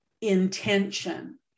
intention